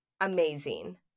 amazing